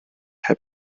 heb